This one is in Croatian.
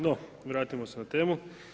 No, vratimo se na temu.